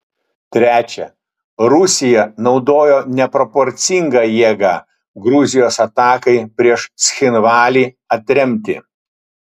trečia rusija naudojo neproporcingą jėgą gruzijos atakai prieš cchinvalį atremti